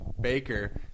baker